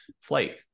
flight